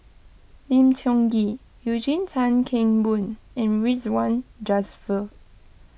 Lim Tiong Ghee Eugene Tan Kheng Boon and Ridzwan Dzafir